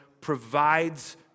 provides